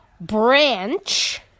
Branch